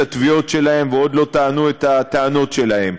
התביעות שלהן ועוד לא טענו את הטענות שלהן,